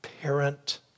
parent